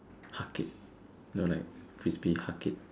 huck it you know like Frisbee huck it